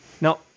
Now